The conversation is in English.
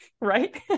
right